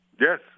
Yes